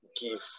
give